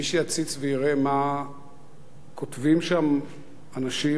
ומי שיציץ ויראה מה כותבים שם אנשים,